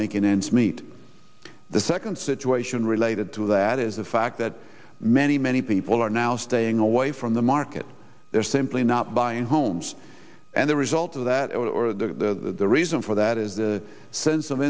making ends meet the second situation related to that is the fact that many many people are now staying away from the market they're simply not buying homes and the result of that or the reason for that is the sense of